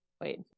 wait